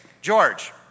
George